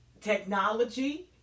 technology